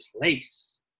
place